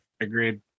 Agreed